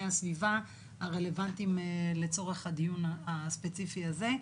הסביבה הרלוונטיים לצורך הדיון הספציפי הזה.